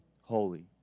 holy